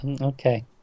okay